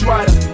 Rider